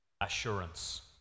assurance